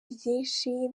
ryinshi